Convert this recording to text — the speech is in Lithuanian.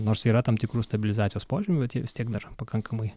nors yra tam tikrų stabilizacijos požymių bet jie vis tiek dar pakankamai